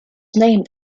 named